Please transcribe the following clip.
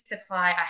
supply